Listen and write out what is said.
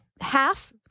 half